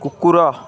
କୁକୁର